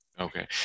Okay